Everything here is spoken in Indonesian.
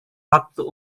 waktu